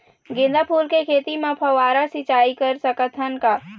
गेंदा फूल के खेती म फव्वारा सिचाई कर सकत हन का?